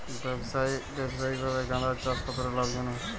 ব্যবসায়িকভাবে গাঁদার চাষ কতটা লাভজনক?